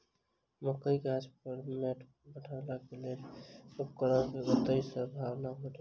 मकई गाछ पर मैंट चढ़ेबाक लेल केँ उपकरण छै? ई कतह सऽ आ कोना भेटत?